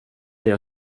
jag